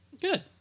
Good